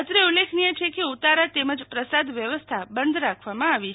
અત્રે ઉલેખનીય છે કે ઉતારા તેમજ પ્રસાદ વ્યવસ્થા બંધ રાખવામાં આવી છે